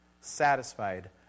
satisfied